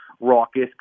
raucous